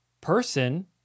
person